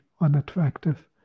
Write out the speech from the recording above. unattractive